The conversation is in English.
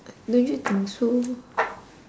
don't you think so